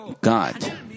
God